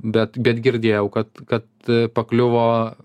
bet bet girdėjau kad kad pakliuvo